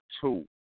two